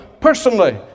personally